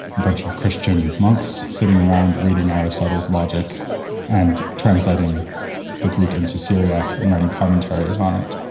a bunch of christian monks sitting around reading aristotle's logic and translating the greek into syriac and writing commentaries on it.